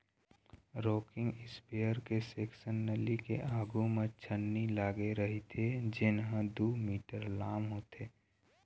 rocking sprayer के section नली के आघू म छन्नी लागे रहिथे जेन ह दू मीटर लाम होथे